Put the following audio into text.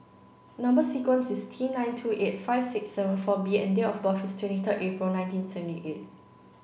number sequence is T nine two eight five six seven four B and date of birth is twenty third April nineteen seventy eight